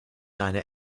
eine